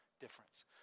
difference